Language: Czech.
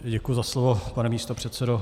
Děkuji za slovo, pane místopředsedo.